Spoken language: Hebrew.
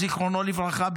זיכרונו לברכה,